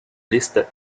listed